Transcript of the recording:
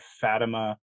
Fatima